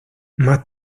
más